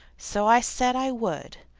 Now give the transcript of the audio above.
so i said i would,